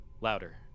louder